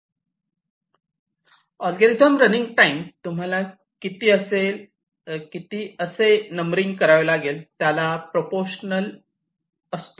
algorithm running time तुम्हाला किती असेल नंबरिंग करावे लागतात त्याला प्रप्रोशनल असतो